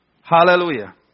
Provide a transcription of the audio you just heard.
Hallelujah